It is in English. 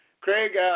craig